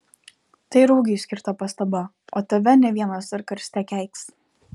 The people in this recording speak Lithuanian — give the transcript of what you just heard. tai ruigiui skirta pastaba o tave ne vienas dar karste keiks